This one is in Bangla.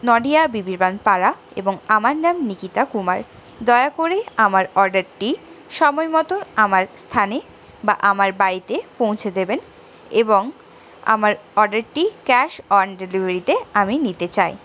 নডিহা বিবিবান পাড়া এবং আমার নাম নিকিতা কুমার দয়া করে আমার অর্ডারটি সময় মতো আমার স্থানে বা আমার বাড়িতে পৌঁছে দেবেন এবং আমার অর্ডারটি ক্যাশ অন ডেলিভারিতে আমি নিতে চাই